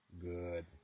Good